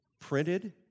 printed